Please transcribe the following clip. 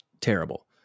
terrible